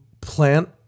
plant